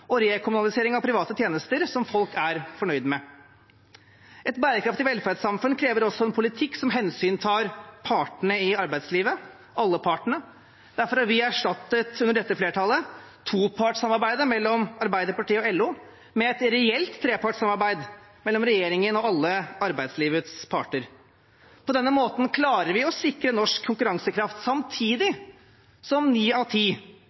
og rekommunalisering av private tjenester som folk er fornøyd med. Et bærekraftig velferdssamfunn krever også en politikk som hensyntar alle partene i arbeidslivet. Derfor har vi under dette flertallet erstattet topartssamarbeidet mellom Arbeiderpartiet og LO med et reelt trepartssamarbeid mellom regjeringen og alle arbeidslivets parter. På denne måten klarer vi å sikre norsk konkurransekraft – samtidig som ni av ti